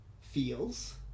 feels